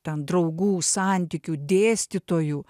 ten draugų santykių dėstytojų